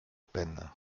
peine